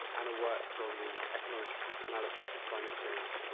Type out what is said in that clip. ana works on the economic analysis of climate change,